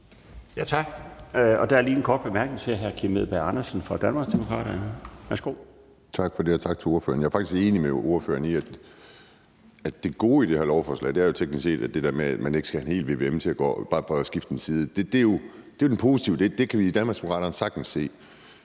Tak. Der er lige en kort bemærkning til hr. Kim Edberg Andersen fra Danmarksdemokraterne. Værsgo. Kl. 16:41 Kim Edberg Andersen (DD): Tak for det, og tak til ordføreren. Jeg er faktisk enig med ordføreren i, at det gode i det her lovforslag er, at der er teknisk set ikke skal en hel vvm til bare for at skifte en side ud. Det er jo det positive, og det kan vi i Danmarksdemokraterne sagtens se.